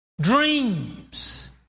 dreams